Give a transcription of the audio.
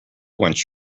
once